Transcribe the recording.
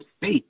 Faith